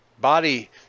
body